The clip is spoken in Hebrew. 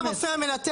לא, פרטי הרופא המנתח.